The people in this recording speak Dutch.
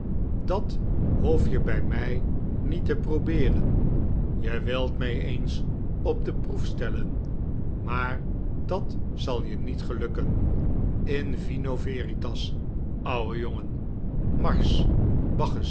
dat hoef je bij mij niet te probeeren je wilt mij eens op de proef stellen maar dat zal je niet gelukken in vino veritas ouwe jongen